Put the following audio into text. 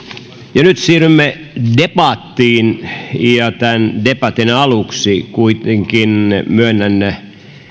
nyt siirrymme debattiin tämän debatin aluksi kuitenkin myönnän yhden